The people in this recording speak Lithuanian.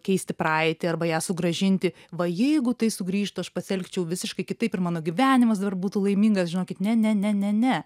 keisti praeitį arba ją sugrąžinti va jeigu tai sugrįžtų aš pasielgčiau visiškai kitaip ir mano gyvenimas dabar būtų laimingas žinokit ne ne ne ne ne